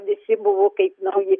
visi buvo kaip nauji